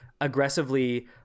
aggressively